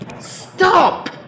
stop